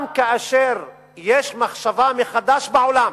גם כאשר יש מחשבה מחדש בעולם